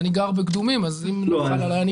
אני גר בקדומים אז אם זה לא חל עלי,